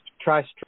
try